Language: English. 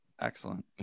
Excellent